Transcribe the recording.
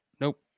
Nope